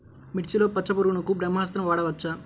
మిర్చిలో పచ్చ పురుగునకు బ్రహ్మాస్త్రం వాడవచ్చా?